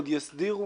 עוד יסדירו.